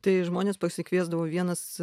tai žmonės pasikviesdavo vienas